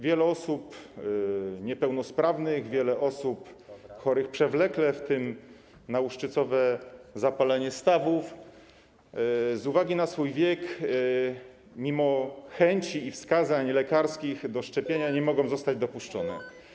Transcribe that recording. Wiele osób niepełnosprawnych, wiele osób chorych przewlekle, w tym na łuszczycowe zapalenie stawów, ze względu na swój wiek, mimo chęci i wskazań lekarskich do szczepienia, nie może zostać dopuszczonych.